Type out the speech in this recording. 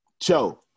Cho